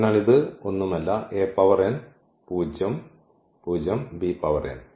അതിനാൽ ഇത് ഒന്നുമല്ല a പവർ n പൂജ്യവും b പവർ n